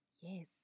Yes